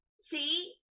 See